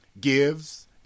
gives